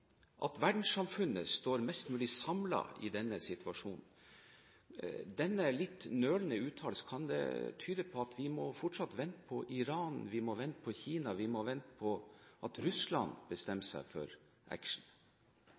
verdenssamfunnet står mest mulig samlet i denne situasjonen. Denne litt nølende uttalelsen, kan det tyde på at vi fortsatt må vente på Iran, på Kina, på at Russland bestemmer seg for action? Jeg har sagt tidligere og så sent som for